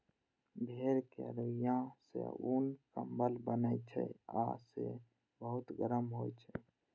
भेड़क रुइंया सं उन, कंबल बनै छै आ से बहुत गरम होइ छै